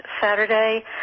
Saturday